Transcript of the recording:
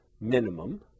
minimum